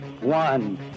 one